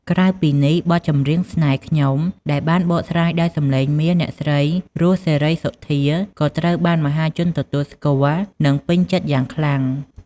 ក្រៅពីនេះ បទ "ចម្រៀងស្នេហ៍ខ្ញុំ" ដែលបានបកស្រាយដោយសំឡេងមាសអ្នកស្រី រស់ សេរីសុទ្ធា ក៏ត្រូវបានមហាជនទទួលស្គាល់ និងពេញចិត្តយ៉ាងខ្លាំង។